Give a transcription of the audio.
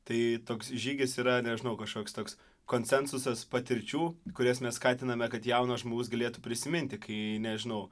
tai toks žygis yra nežinau kažkoks toks konsensusas patirčių kurias mes skatiname kad jaunas žmogus galėtų prisiminti kai nežinau